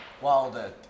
Wilder